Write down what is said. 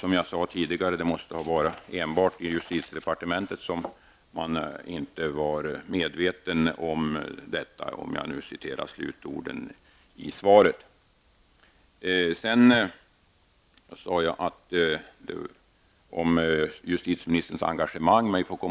Som jag sade tidigare måste det vara enbart i justitiedepartementet som man inte var medveten om detta -- om jag nu skall hänvisa till slutorden i svaret. Justitieministerns engagemang talade jag om tidigare.